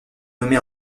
nommé